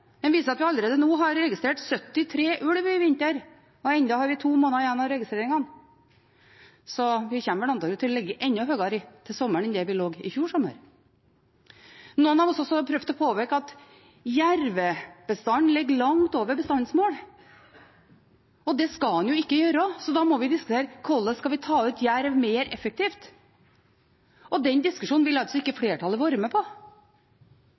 Den viser at det allerede nå, i vinter, er registrert 73 ulver, og enda er det to måneder igjen av registreringene, så det kommer antakelig til å ligge enda høyere til sommeren enn det gjorde i fjor sommer. Noen av oss har også prøvd å påpeke at jervebestanden ligger langt over bestandsmålet. Det skal den ikke gjøre, så da må vi diskutere hvordan vi skal ta ut jerv mer effektivt. Den diskusjonen vil altså ikke flertallet være med på.